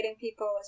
people